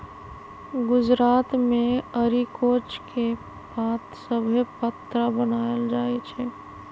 गुजरात मे अरिकोच के पात सभसे पत्रा बनाएल जाइ छइ